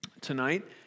tonight